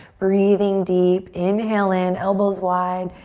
breathing deep, inhale in, elbows wide.